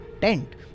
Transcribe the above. tent